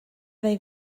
they